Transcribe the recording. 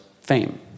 fame